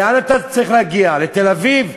לאן אתה צריך להגיע, לתל-אביב?